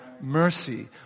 mercy